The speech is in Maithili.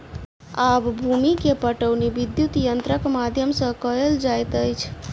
आब भूमि के पाटौनी विद्युत यंत्रक माध्यम सॅ कएल जाइत अछि